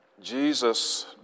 Jesus